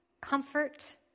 comfort